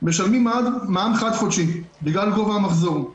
משלמים מע"מ חד-חודשי, בגלל גובה המחזור.